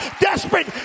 desperate